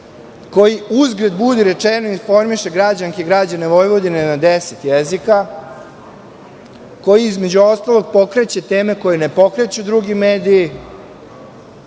koji, uzgred budi rečeno, informišu građanke i građane Vojvodine na deset jezika, koji između ostalog pokreće teme koje ne pokreću drugi mediji,